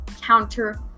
counter